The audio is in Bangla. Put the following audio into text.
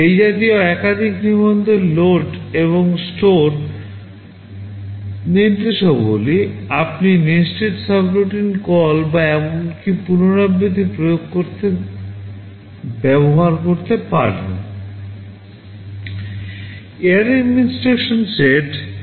এই জাতীয় একাধিক নিবন্ধের লোড এবং স্টোর বা এমনকি পুনরাবৃত্তি প্রয়োগ করতে ব্যবহার করতে পারেন